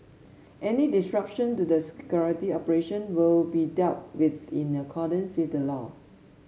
any disruption to the security operation will be dealt with in accordance with the law